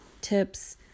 tips